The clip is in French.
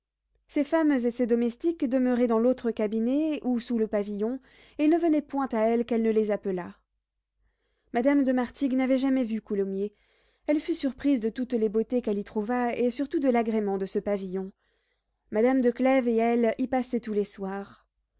ses femmes et ses domestiques demeuraient dans l'autre cabinet ou sous le pavillon et ne venaient point à elle qu'elle ne les appelât madame de martigues n'avait jamais vu coulommiers elle fut surprise de toutes les beautés qu'elle y trouva et surtout de l'agrément de ce pavillon madame de clèves et elle y passaient tous les soirs